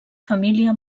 família